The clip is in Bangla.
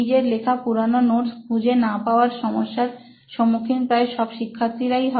নিজের লেখা পুরানো নোটস খুঁজে না পাওয়ার সমস্যার সম্মুখীন প্রায় সমস্ত শিক্ষার্থীরাই হয়